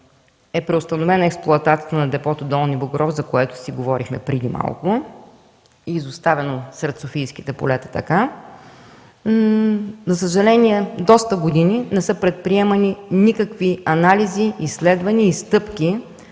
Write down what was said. е преустановена експлоатацията на депото в с. Долни Богров, за което си говорихме преди малко, и изоставено сред софийските полета, за съжаление, доста години не са предприемани никакви анализи, изследвания и стъпки